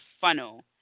funnel